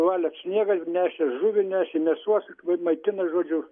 valė sniegą nešė žuvį nešė mėsos maitina žodžiu